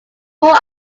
more